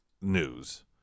news